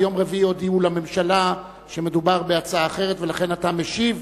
ביום רביעי הודיעו לממשלה שמדובר בהצעה אחרת ולכן אתה משיב.